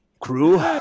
Crew